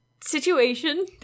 situation